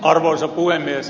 arvoisa puhemies